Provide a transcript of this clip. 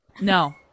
No